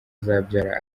azabyara